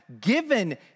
given